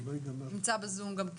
נמצא בזום.